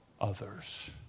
others